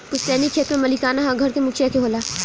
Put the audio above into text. पुस्तैनी खेत पर मालिकाना हक घर के मुखिया के होला